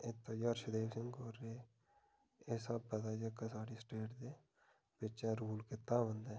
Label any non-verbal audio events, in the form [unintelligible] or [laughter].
[unintelligible] सिंह होर रेह् एह् स्हाबै दे जेह्की साढ़ी स्टेट दे बिच्च रूल कीता बन्दें